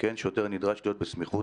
זה מה שהוא חושב.